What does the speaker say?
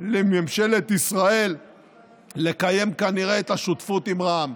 לממשלת ישראל לקיים כנראה את השותפות עם רע"מ.